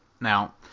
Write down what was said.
now